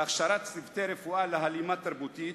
הכשרת צוותי רפואה להלימה תרבותית,